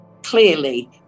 Clearly